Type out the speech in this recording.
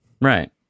Right